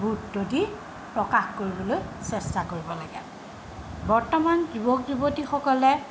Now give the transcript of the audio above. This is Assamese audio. গুৰুত্ব দি প্ৰকাশ কৰিবলৈ চেষ্টা কৰিব লাগে বৰ্তমান যুৱক যুৱতীসকলে